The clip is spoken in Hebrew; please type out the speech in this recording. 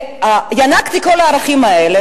ינקתי את כל הערכים האלה.